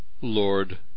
Lord